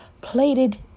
Plated